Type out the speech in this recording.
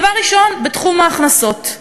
דבר ראשון, בתחום ההכנסות.